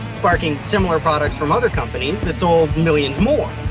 sparking similar products from other companies that sold millions more.